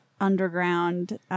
underground